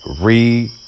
read